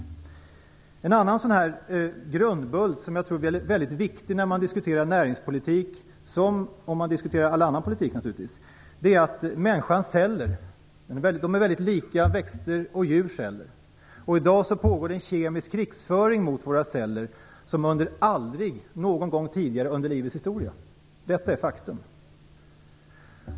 En annan grundbult som jag tror är väldigt viktig när man diskuterar näringspolitik likväl som alla annan politik är att människans celler är väldigt lika växters och djurs celler. I dag pågår det kemisk krigsföring mot våra celler som aldrig någonsin tidigare under livets historia. Detta är faktum.